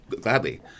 Gladly